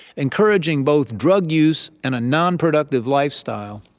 encouraging both drug use and a non-productive lifestyle,